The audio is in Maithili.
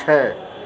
छओ